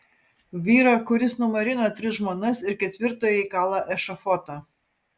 vyrą kuris numarino tris žmonas ir ketvirtajai kala ešafotą